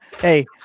hey